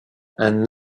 and